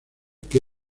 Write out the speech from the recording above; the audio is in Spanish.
que